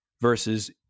versus